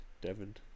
Devon